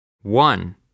one